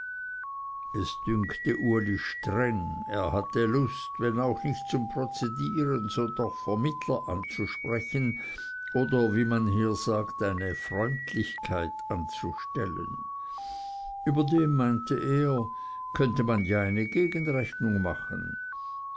es dünkte uli streng er hatte lust wenn auch nicht zum prozedieren so doch vermittler anzusprechen oder wie man hier sagt eine freundlichkeit anzustellen überdem meinte er könnte man ja eine gegenrechnung machen